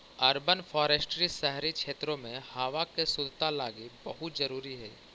urban forestry शहरी क्षेत्रों में हावा के शुद्धता लागी बहुत जरूरी हई